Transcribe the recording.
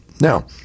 Now